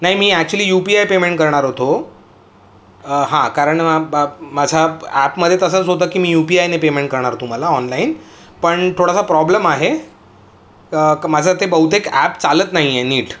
नाही मी actually U P I payment करणार होतो हां कारण बा माझा ॲपमध्ये तसंच होतं की मी यू पी आयने पेमेंट करणार तुम्हाला ऑनलाईन पण थोडासा प्रॉब्लेम आहे क् माझं ते बहुतेक ॲप चालत नाही आहे नीट